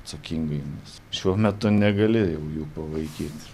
atsakingai nes šiuo metu negali jau jų pavaikyt